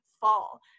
fall